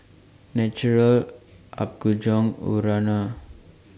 Naturel Apgujeong Urana